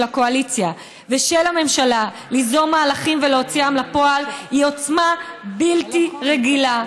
הקואליציה ושל הממשלה ליזום מהלכים ולהוציאם לפועל היא עוצמה בלתי רגילה",